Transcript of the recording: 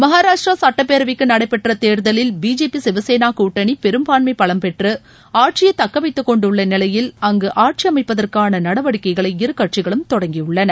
மகாராஷ்டிரா சுட்டப்பேரவைக்கு நடைபெற்ற தேர்தலில் பிஜேபி சிவசேனா கூட்டணி பெரும்பான்மை பலம் பெற்று ஆட்சியை தக்க வைத்துக்கொண்டுள்ள நிலையில் அங்கு ஆட்சி அமைப்பதற்காள நடவடிக்கைகளை இருகட்சிகளும் தொடங்கியுள்ளன